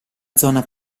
zona